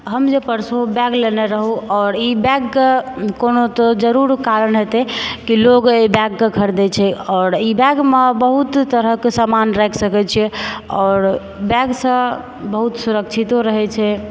हम जे परसु बैग लेने रहौ आओर ई बैग कऽ कोनो तऽ जरुर कारण हेतै कि लोग एहि बैग कऽ खरिदै छै आओर ई बैगमे बहुत तरहक समान रखि सकै छिऐ आओर बैगसँ बहुत सुरक्षितो रहै छै